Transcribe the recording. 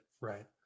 right